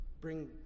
bring